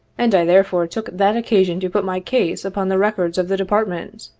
and i therefore took that occasion to put my case upon the records of the department,